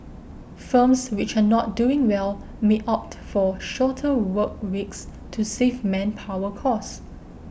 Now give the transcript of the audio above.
firms which are not doing well may opt for shorter work weeks to save manpower costs